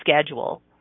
schedule